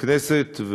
בכנסת,